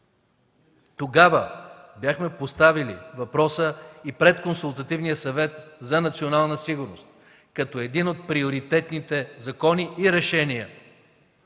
Тогава бяхме поставили въпроса и пред Консултативния съвет за Национална сигурност като един от приоритетните закони и решения,